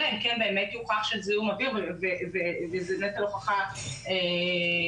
אלא אם יוכל שזה זיהום אוויר וזה נטל הוכחה גבוה.